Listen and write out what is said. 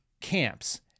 camps